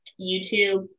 YouTube